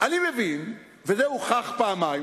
אני מבין, וזה הוכח כבר פעמיים,